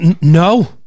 No